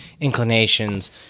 inclinations